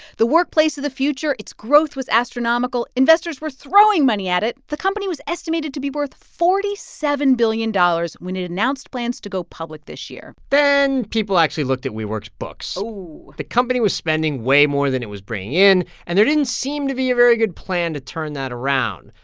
the workplace of the future its growth was astronomical. investors were throwing money at it. the company was estimated to be worth forty seven billion dollars when it announced plans to go public this year then people actually looked at wework's books oh so the company was spending way more than it was bringing in, and there didn't seem to be a very good plan to turn that around.